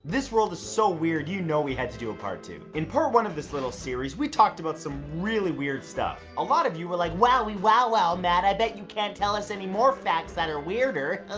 this world is so weird you know we had to do a part two. in part one of this little series we talked about some really weird stuff. a lot of you were like wow wee wow wow matt, i bet you can't tell us anymore fact that are weirder.